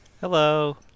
Hello